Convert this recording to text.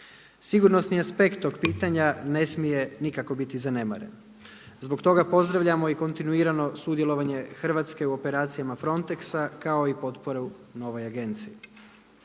Sigurnosni aspekt tog pitanja ne smije nikako biti zanemaren. Zbog toga pozdravljamo i kontinuirano sudjelovanje Hrvatske u operacijama Frontexa kao i potporu novoj agenciji.